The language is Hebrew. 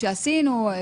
כשעשינו,